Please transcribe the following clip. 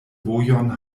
vojon